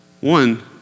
one